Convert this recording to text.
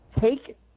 take